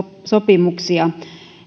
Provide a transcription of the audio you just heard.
sopimuksia